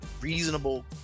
reasonable